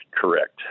correct